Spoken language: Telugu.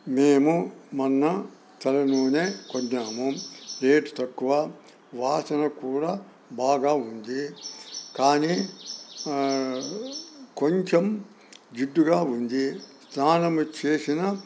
మేము మొన్న తల నూనె కొన్నాము రేటు తక్కువ వాసన కూడా బాగా ఉంది కానీ కొంచెం జిడ్డుగా ఉంది స్నానం చేసిన